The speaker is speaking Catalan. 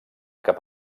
cap